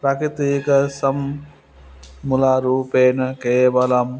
प्राकृतिकं मूलरूपेण केवलम्